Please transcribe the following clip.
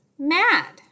mad